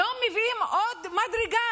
היום מביאים עוד מדרגה,